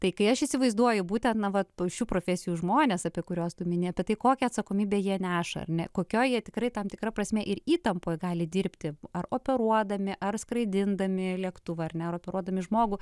tai kai aš įsivaizduoju būtent na vat po šių profesijų žmonės apie kuriuos tu mini apie tai kokią atsakomybę jie neša ar ne kokioj jie tikrai tam tikra prasme ir įtampoj gali dirbti ar operuodami ar skraidindami lėktuvu ar ne ar operuodami žmogų